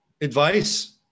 advice